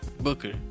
Booker